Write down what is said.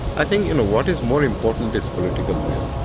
i think, you know, what is more important is political will.